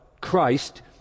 Christ